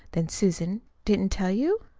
then susan didn't tell you?